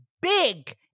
big